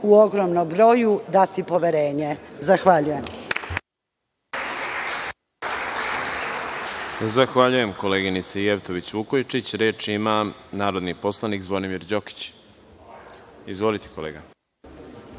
u ogromnom broju dati poverenje. Zahvaljujem.